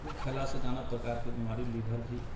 उ खेलासँ नाना प्रकारके बीमारी लीवर भी